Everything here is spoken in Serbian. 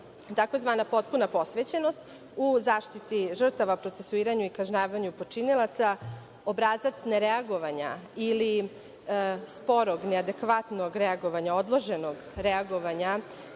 tzv. potpuna posvećenost u zaštiti žrtava, procesuiranju i kažnjavanju počinilaca. Obrazac nereagovanja ili sporog, neadekvatnog reagovanja, odloženog reagovanja